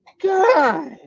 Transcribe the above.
God